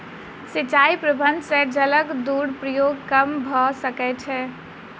सिचाई प्रबंधन से जलक दुरूपयोग कम भअ सकै छै